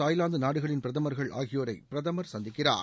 தாய்வாந்து நாடுகளின் பிரதமர்கள் ஆகியோரை பிரதமர் சந்திக்கிறார்